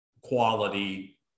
quality